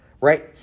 right